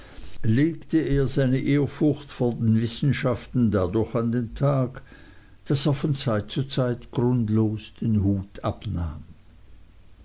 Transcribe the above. legte er seine ehrfurcht vor den wissenschaften dadurch an den tag daß er von zeit zu zeit grundlos den hut abnahm